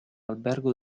albergo